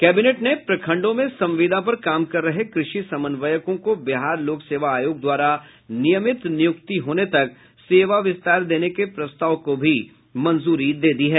cabinet ने प्रखंडों में संविदा पर काम कर रहे कृषि समन्वयकों को बिहार लोक सेवा आयोग द्वारा नियमित नियुक्ति होने तक सेवा विस्तार देने के प्रस्ताव को भी मंजूरी दे दी है